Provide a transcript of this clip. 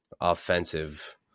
offensive